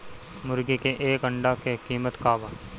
मुर्गी के एक अंडा के कीमत का बा?